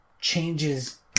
changes